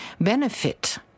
benefit